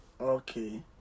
Okay